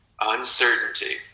uncertainty